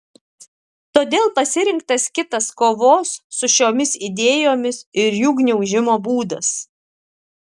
todėl pasirinktas kitas kovos su šiomis idėjomis ir jų gniaužimo būdas